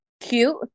cute